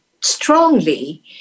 strongly